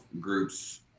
groups